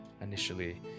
initially